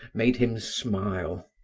made him smile.